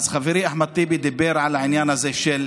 אז חברי אחמד טיבי דיבר על העניין הזה של